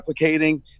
replicating